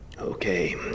Okay